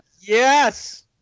yes